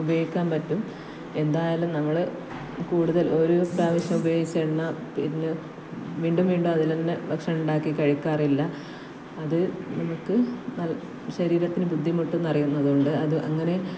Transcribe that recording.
ഉപയോഗിക്കാൻ പറ്റും എന്തായാലും നമ്മൾ കൂടുതൽ ഒരു പ്രാവശ്യം ഉപയോഗിച്ച എണ്ണ പിന്നെയോ വീണ്ടും വീണ്ടും അതിൽതന്നെ ഭക്ഷണം ഉ ണ്ടാക്കി കഴിക്കാറില്ല അത് നമുക്ക് ശരീരത്തിന് ബുദ്ധിമുട്ടെന്നറിയുന്നതു കൊണ്ട് അത് അങ്ങനെ